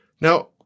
Now